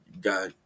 Got